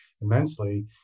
immensely